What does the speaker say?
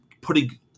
putting